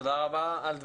תודה רבה על דברייך.